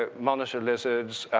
ah monitor lizards,